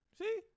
See